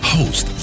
Host